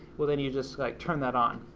well then you just like turn that on.